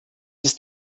ist